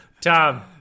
Tom